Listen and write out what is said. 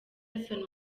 nelson